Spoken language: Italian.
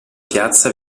piazza